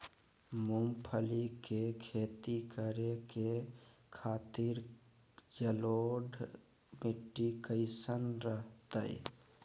मूंगफली के खेती करें के खातिर जलोढ़ मिट्टी कईसन रहतय?